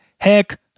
Heck